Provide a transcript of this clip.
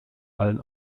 allen